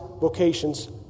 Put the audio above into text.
vocations